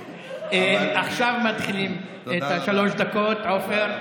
עכשיו מתחילים את שלוש הדקות, עופר.